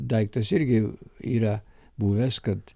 daiktas irgi yra buvęs kad